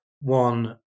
one